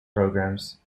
programs